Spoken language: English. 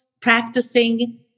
practicing